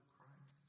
Christ